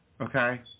Okay